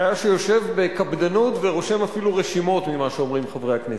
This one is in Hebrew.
שהיה יושב בקפדנות ורושם אפילו רשימות ממה שאומרים חברי הכנסת.